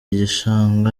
gishanga